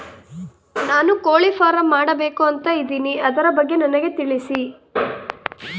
ನಾನು ಕೋಳಿ ಫಾರಂ ಮಾಡಬೇಕು ಅಂತ ಇದಿನಿ ಅದರ ಬಗ್ಗೆ ನನಗೆ ತಿಳಿಸಿ?